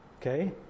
Okay